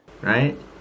right